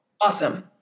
Awesome